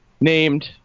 Named